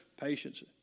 patience